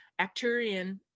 Acturian